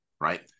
right